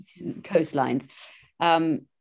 coastlines